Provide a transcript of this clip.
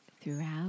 throughout